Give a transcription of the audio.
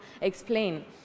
explain